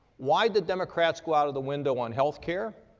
why'd the democrats go out of the window on healthcare?